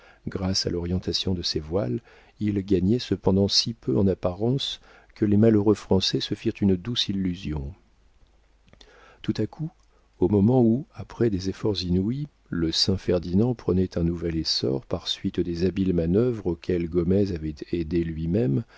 grâce à l'orientement de ses voiles il gagnait cependant si peu en apparence que les malheureux français se firent une douce illusion tout à coup au moment où après des efforts inouïs le saint ferdinand prenait un nouvel essor par suite des habiles manœuvres auxquelles gomez avait aidé lui-même